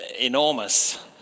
enormous